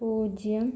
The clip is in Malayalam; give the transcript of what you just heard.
പൂജ്യം